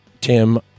Tim